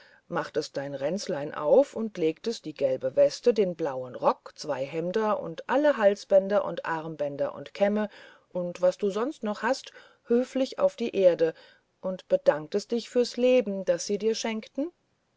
machtest dein ränzchen auf und legtest die gelbe weste den blauen rock zwei hemder und alle halsbänder und armbänder und kämme und was du sonst noch hast höflich auf die erde und bedanktest dich fürs leben das sie dir schenkten